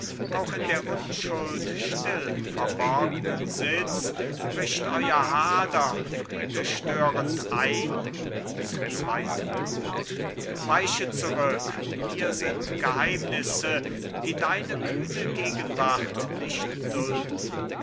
auch in der unschuld still verborgnen sitz bricht euer hader friedestörend ein zum zweiten chor weiche zurück hier sind geheimnisse die deine kühne gegenwart nicht dulden